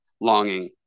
longing